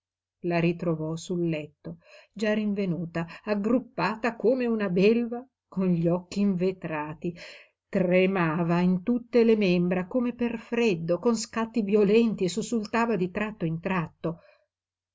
la ritrovò sul letto già rinvenuta aggruppata come una belva con gli occhi invetrati tremava in tutte le membra come per freddo con scatti violenti e sussultava di tratto in tratto